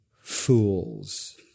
fools